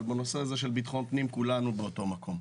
אבל בנושא הזה של ביטחון פנים כולנו באותו מקום.